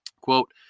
Quote